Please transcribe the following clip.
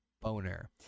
Boner